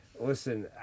listen